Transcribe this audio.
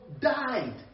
died